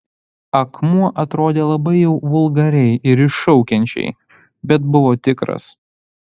akmuo atrodė labai jau vulgariai ir iššaukiančiai bet buvo tikras